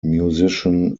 musician